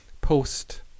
Post